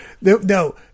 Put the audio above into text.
no